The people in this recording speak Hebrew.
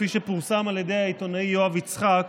כפי שפורסם על ידי העיתונאי יואב יצחק,